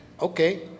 Okay